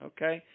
Okay